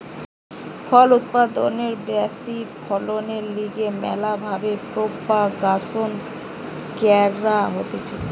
ফল উৎপাদনের ব্যাশি ফলনের লিগে ম্যালা ভাবে প্রোপাগাসন ক্যরা হতিছে